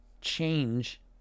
change